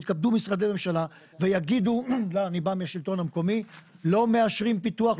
יתכבדו משרדי ממשלה ויגידו שלא מאשרים פיתוח,